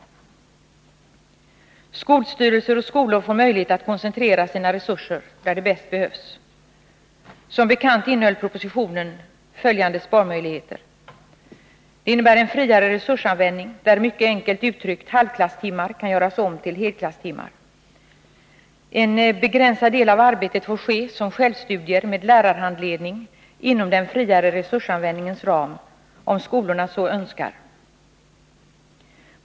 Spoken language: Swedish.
Skolstyrelser och skolor får möjlighet att koncentrera sina resurser där de bäst behövs. Som bekant innehöll propositionen följande sparmöjligheter: En friare resursanvändning, där, mycket enkelt uttryckt, halvklasstimmar kan göras om till helklasstimmar. En begränsad del av arbetet får ske som självstudier med lärarhandledning inom den friare resursanvändningens ram, om skolorna så önskar.